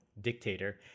dictator